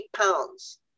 pounds